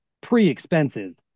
pre-expenses